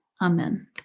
Amen